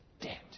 dead